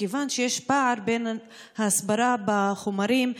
מכיוון שיש פער בין ההסברה בחומרים,